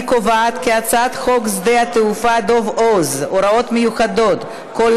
אני קובעת כי הצעת חוק שדה-התעופה דב הוז (הוראות מיוחדות) התשע"ז 2017,